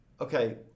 okay